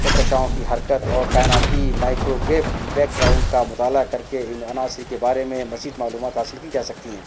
کہکشاؤں کی حرکت اور کائناتی مائیکروویو بیکگراؤنڈ کا مطالعہ کر کے ان عناصر کے بارے میں مزید معلومات حاصل کی جا سکتی ہیں